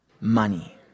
money